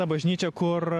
ta bažnyčią kur